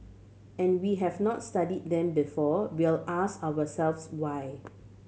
and we have not study them before we'll ask ourselves why